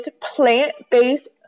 plant-based